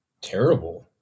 terrible